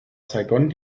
saigon